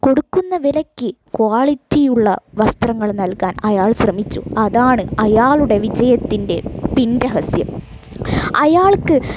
കൊടുക്കുന്ന വിലയ്ക്ക് ക്വാളിറ്റി ഉള്ള വസ്ത്രങ്ങൾ നൽകാൻ അയാൾ ശ്രമിച്ചു അതാണ് അയാളുടെ വിജയത്തിൻ്റെ പിൻ രഹസ്യം അയാൾക്ക്